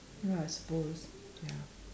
ya I suppose ya